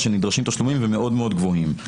שנדרשים תשלומים והם מאוד מאוד גבוהים.